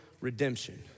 redemption